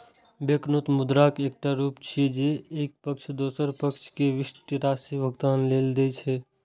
banknote मुद्राक एकटा रूप छियै, जे एक पक्ष दोसर पक्ष कें विशिष्ट राशि भुगतान लेल दै छै